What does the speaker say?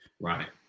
Right